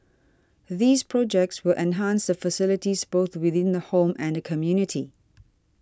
these projects will enhance the facilities both within the home and community